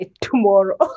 tomorrow